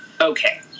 okay